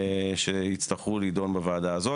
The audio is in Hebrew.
שיצטרכו לידון בוועדה הזאת.